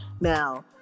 now